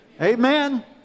Amen